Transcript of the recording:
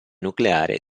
nucleare